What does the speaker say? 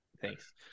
Thanks